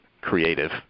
creative